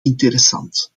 interessant